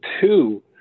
two